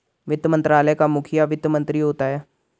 वित्त मंत्रालय का मुखिया वित्त मंत्री होता है